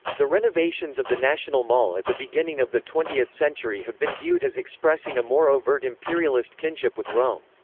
the renovations of the national mall at the beginning of the twentieth century have been viewed as expressing a more overt imperialist kinship with rome.